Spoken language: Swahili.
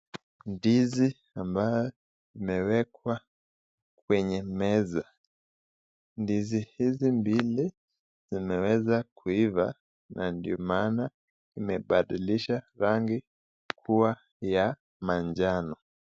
Ndizi ambayo imewekwa kwenye meza, ndizi hizi mbili zimeweza kuiva na ndio maana imebadilisha rangi kuwa ya manjano.